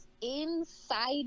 inside